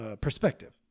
perspective